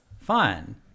fun